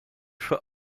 for